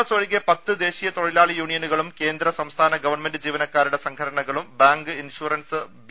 S ഒഴികെ പത്ത് ദേശീയ തൊഴിലാളി യൂണിയനുകളും കേന്ദ്ര സംസ്ഥാന ഗവൺമെൻറ് ജീവനക്കാരുടെ സംഘടനകളും ബാങ്ക് ഇൻഷൂറൻസ് ബി